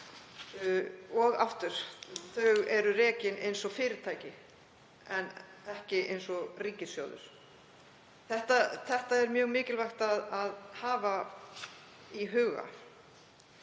Og aftur, þau eru rekin eins og fyrirtæki en ekki eins og ríkissjóður. Það er mjög mikilvægt að hafa það í huga.